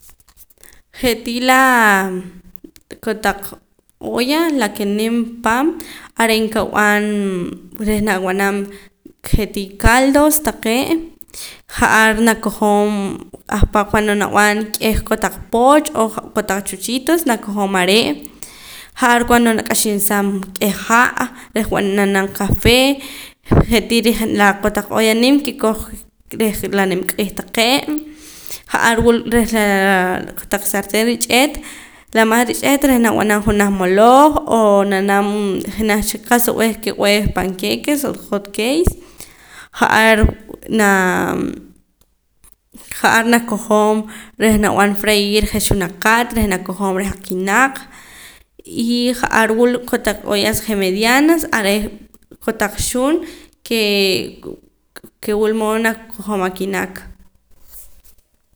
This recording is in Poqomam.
Jee' tii laa kotaq olla la ke nim paam are' nkab'an rej nab'anam je'tii caldos taqee' ja'ar nakojom ahpa' chando nab'an k'eh kotaq pooch o jo' taq chuchitos nakojom are' ja'ar cuando naq'axin saam k'eh ha' reh nab'anam café je'tii reh kotaq olla nim kikoj reh la nimq'iij taqee' ja'ar wul la reh kotaq sartén rich'eet la más rich'eet reh nab'anam junaj maloj o nanam jenaj cha qa'sa b'eh ke b'eh panqueques o hot cakes ja'ar naa ja'ar nakojom reh nab'an freir je' xunakat reh nakojom reh akinaaq' y ja'ar wula je' taq ollas je' medianas are' kotaq xun kee ke wulmood nakojom akinaaq'